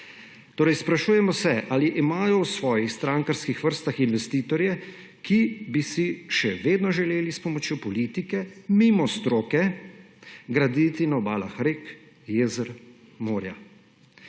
Torej, sprašujemo se, ali imajo v svojih strankarskih vrstah investitorje, ki bi si še vedno želeli s pomočjo politike mimo stroke graditi na obalah rek, jezer, morja.